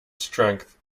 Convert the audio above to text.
strength